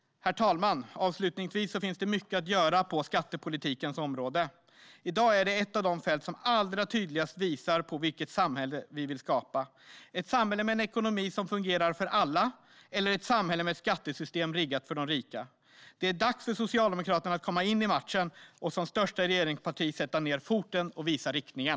Herr talman! Det finns mycket att göra på skattepolitikens område. I dag är det ett av de fält som allra tydligast visar på vilket samhälle vi vill skapa - ett samhälle med en ekonomi som fungerar för alla, eller ett samhälle med ett skattesystem riggat för de rika. Det är dags för Socialdemokraterna att komma in i matchen och som största regeringsparti sätta ned foten och visa riktningen.